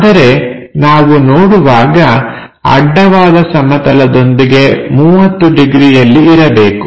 ಆದರೆ ನಾವು ನೋಡುವಾಗ ಅಡ್ಡವಾದ ಸಮತಲದೊಂದಿಗೆ 30 ಡಿಗ್ರಿಯಲ್ಲಿ ಇರಬೇಕು